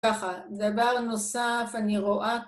‫ככה, דבר נוסף, אני רואה...